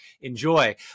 enjoy